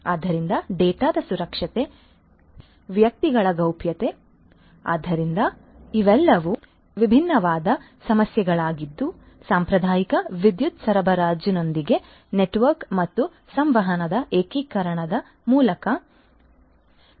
ಆದ್ದರಿಂದ ಡೇಟಾದ ಸುರಕ್ಷತೆ ವ್ಯಕ್ತಿಗಳ ಗೌಪ್ಯತೆ ಆದ್ದರಿಂದ ಇವೆಲ್ಲವೂ ವಿಭಿನ್ನವಾದ ಸಮಸ್ಯೆಗಳಾಗಿದ್ದು ಸಾಂಪ್ರದಾಯಿಕ ವಿದ್ಯುತ್ ಸರಬರಾಜಿನೊಂದಿಗೆ ನೆಟ್ವರ್ಕ್ ಮತ್ತು ಸಂವಹನದ ಏಕೀಕರಣದ ಮೂಲಕ ಪರಿಗಣಿಸಬೇಕಾಗುತ್ತದೆ